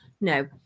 No